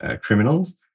criminals